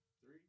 Three